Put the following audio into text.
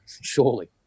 Surely